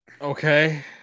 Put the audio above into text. Okay